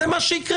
זה מה שיקרה.